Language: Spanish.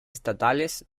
estatales